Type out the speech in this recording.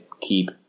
keep –